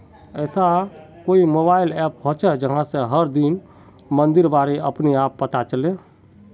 ऐसा कोई mobile app होचे जहा से हर दिन मंडीर बारे अपने आप पता चले?